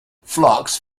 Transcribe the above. flocks